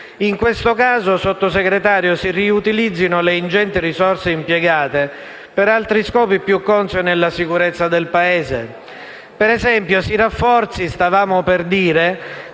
In questo caso, signor Sottosegretario, si riutilizzino le ingenti risorse impiegate per altri scopi più consoni alla sicurezza del Paese. Per esempio, si rafforzi, stavamo per dire,